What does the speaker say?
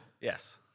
Yes